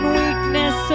weakness